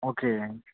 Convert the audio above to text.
okay